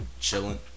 chilling